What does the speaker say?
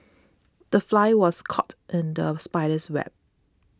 the fly was caught in the spider's web